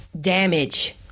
damage